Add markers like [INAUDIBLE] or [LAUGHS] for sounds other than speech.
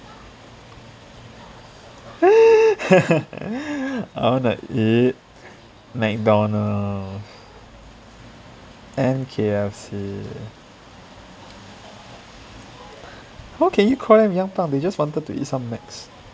[LAUGHS] I wanna eat McDonald's and K_F_C how can you call them young punks they just wanted to eat some macs